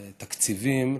תקציבים,